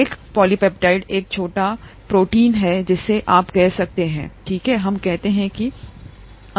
एक पॉलीपेप्टाइड एक छोटा छोटा प्रोटीन है जिसे आप कह सकते हैं ठीक है हम कहते हैं कि अभी के लिए